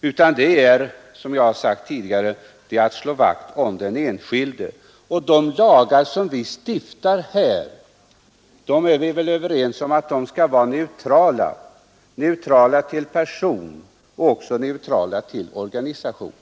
utan det är, som jag har sagt tidigare, fråga om att slå vakt om den enskilde. Vi är väl överens om att de lagar vi stiftar skall vara neutrala, neutrala till person och även neutrala till organisation.